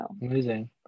Amazing